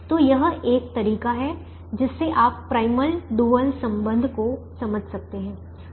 तो यह एक तरीका है कि जिससे आप प्राइमल डुअल संबंध को समझ सकते हैं